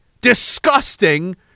disgusting